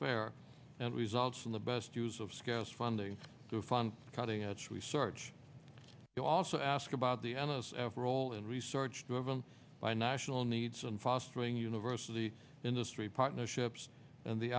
fair and results in the best use of scarce funding to fund cutting edge research you also ask about the analysts ever role in research driven by national needs and fostering university industry partnerships and the